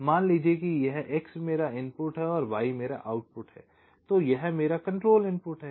मान लीजिए कि यह X मेरा इनपुट है यह Y मेरा आउटपुट है और यह मेरा कंट्रोल इनपुट है